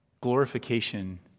glorification